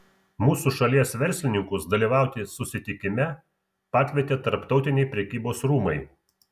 mūsų šalies verslininkus dalyvauti susitikime pakvietė tarptautiniai prekybos rūmai